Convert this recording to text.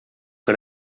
que